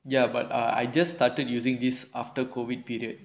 ya but I just started using this after COVID period